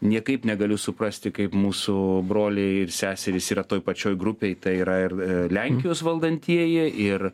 niekaip negaliu suprasti kaip mūsų broliai ir seserys yra toj pačioj grupėj tai yra ir lenkijos valdantieji ir